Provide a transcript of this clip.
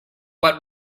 but